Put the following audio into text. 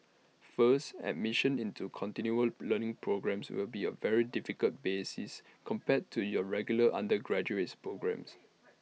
first admission into continual learning programmes will be A very different basis compared to your regular undergraduates programmes